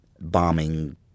bombing